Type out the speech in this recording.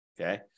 okay